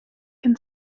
can